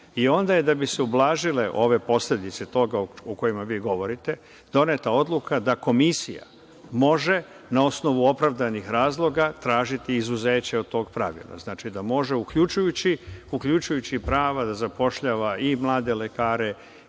Onda je, da bi se ublažile ove posledice toga o čemu vi govorite, doneta odluka da komisija može, na osnovu opravdanih razloga, tražiti izuzeće od tog pravila, znači, da može uključujući prava da zapošljava i mlade lekare